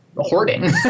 Hoarding